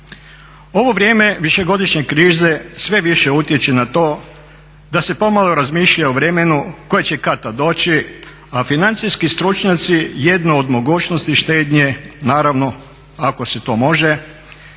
Ovo vrijeme višegodišnje krize sve više utječe na to da se pomalo razmišlja o vremenu koje će kad-tad doći, a financijski stručnosti jednu od mogućnosti štednje naravno ako se to može